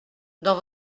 dans